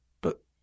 But